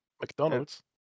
McDonald's